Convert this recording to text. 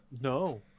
no